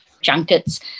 junkets